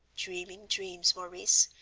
dreaming dreams, maurice,